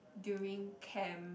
during camp